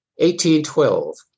1812